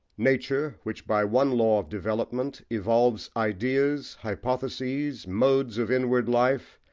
nature which by one law of development evolves ideas, hypotheses, modes of inward life,